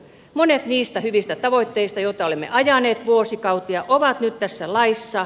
monet niistä hyvistä tavoitteista joita olemme ajaneet vuosikausia ovat nyt tässä laissa